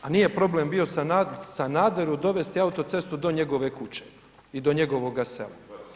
A nije problem bio Sanaderu dovesti autocestu do njegove kuće i do njegovoga sela.